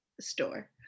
store